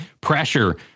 pressure